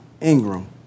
Ingram